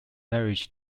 marriage